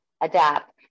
adapt